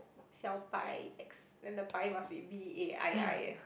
Xiao Bai X then the Bai must be B_A_I_I